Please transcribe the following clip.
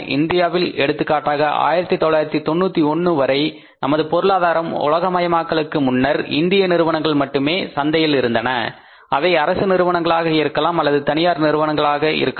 இந்தியாவில் எடுத்துக்காட்டாக 1991 வரை நமது பொருளாதாரம் உலக மயமாக்கலுக்கு முன்னர் இந்திய நிறுவனங்கள் மட்டுமே சந்தையில் இருந்தன அவை அரசு நிறுவனங்களாக இருக்கலாம் அல்லது தனியார் நிறுவனங்களாக இருக்கலாம்